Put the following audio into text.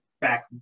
back